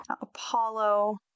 Apollo